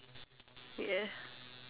yeah